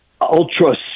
ultra